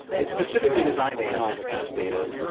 it's specifically designed to analyze cahps data.